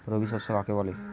রবি শস্য কাকে বলে?